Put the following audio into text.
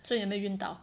所以有没有晕倒